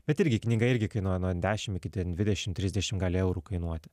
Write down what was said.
bet irgi knyga irgi kainuoja nuo dešimt iki dvidešimt trisdešimt gali eurų kainuoti